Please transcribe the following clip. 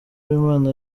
uwimana